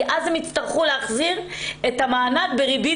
כי אז הן יצטרכו להחזיר את המענק בריבית